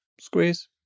Squeeze